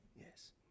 Yes